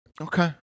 Okay